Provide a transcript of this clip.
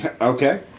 Okay